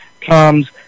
comes